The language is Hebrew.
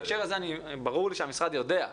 ברור לי שהמשרד יודע.